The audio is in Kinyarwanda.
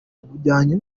bujyanye